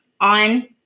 on